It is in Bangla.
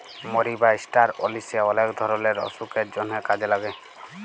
মরি বা ষ্টার অলিশে অলেক ধরলের অসুখের জন্হে কাজে লাগে